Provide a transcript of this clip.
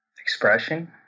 expression